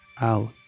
out